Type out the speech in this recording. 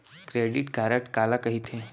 Credit card काला कहिथे?